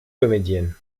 comédienne